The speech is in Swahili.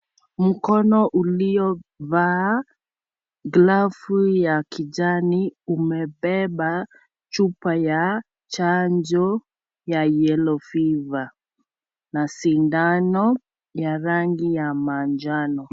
Mkono uliovaa glavu ya kijani umebeba chupa ya chanjo ya Yellow Fever na sindano ya rangibya manjano.